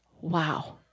Wow